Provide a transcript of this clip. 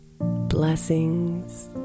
Blessings